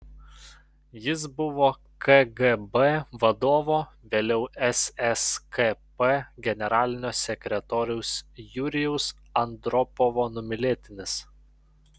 jis buvo kgb vadovo vėliau sskp generalinio sekretoriaus jurijaus andropovo numylėtinis